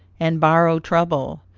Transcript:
and borrow trouble.